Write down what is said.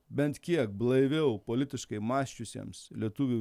bent kiek blaiviau politiškai mąsčiusiems lietuvių